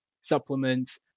supplements